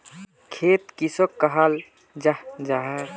खेत किसोक कहाल जाहा जाहा?